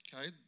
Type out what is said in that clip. Okay